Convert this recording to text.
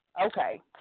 okay